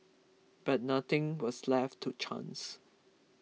but nothing was left to chance